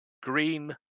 green